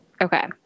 Okay